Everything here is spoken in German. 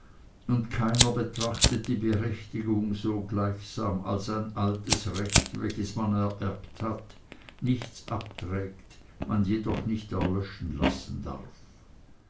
und keiner betrachtet die berechtigung so gleichsam als ein altes recht welches man ererbt hat nichts abträgt man jedoch nicht erlöschen lassen darf